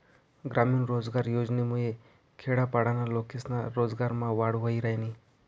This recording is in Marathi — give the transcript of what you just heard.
ग्रामीण रोजगार योजनामुये खेडापाडाना लोकेस्ना रोजगारमा वाढ व्हयी रायनी